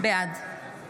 בעד